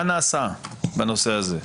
מה נעשה בנושא הזה?